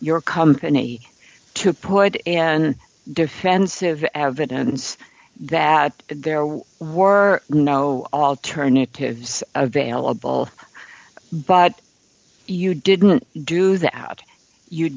your company to put an defensive evidence that there were war no alternatives available but you didn't do that ou